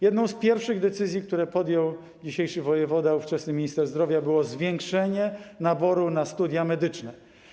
Jedną z pierwszych decyzji, które podjął dzisiejszy wojewoda, a ówczesny minister zdrowia, było zwiększenie naboru na studia medyczne.